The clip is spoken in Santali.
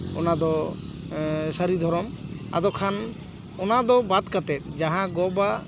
ᱚᱱᱟ ᱫᱚ ᱥᱟᱹᱨᱤ ᱫᱷᱚᱨᱚᱢ ᱟᱫᱚ ᱠᱷᱟᱱ ᱚᱱᱟ ᱫᱚ ᱵᱟᱫ ᱠᱟᱛᱮ ᱡᱟᱦᱟᱸ ᱫᱚ ᱜᱚᱼᱵᱟᱵᱟ